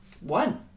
One